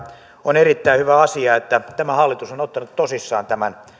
on erittäin hyvä asia että tämä hallitus on ottanut tosissaan tämän